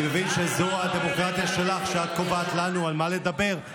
אני מבין שזו הדמוקרטיה שלך כשאת קובעת לנו על מה לדבר.